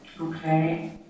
Okay